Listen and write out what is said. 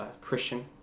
Christian